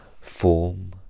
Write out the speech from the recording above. form